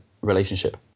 relationship